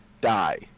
die